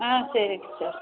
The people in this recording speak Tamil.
ஆ சரி டீச்சர்